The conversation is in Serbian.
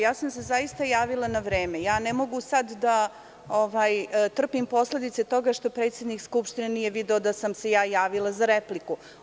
Zaista sam se javila na vreme i ne mogu sada da trpim posledice toga što predsednik Skupštine nije video da sam se ja javila za repliku.